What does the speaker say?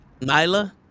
nyla